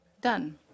done